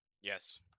Yes